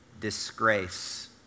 Disgrace